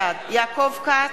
בעד יעקב כץ,